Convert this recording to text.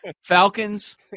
Falcons